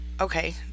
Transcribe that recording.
okay